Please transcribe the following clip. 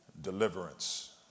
Deliverance